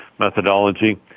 methodology